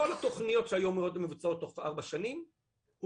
כל התכניות שהיו אמורות להיות מבוצעות תוך ארבע שנים הוארכו.